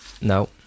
No